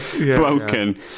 broken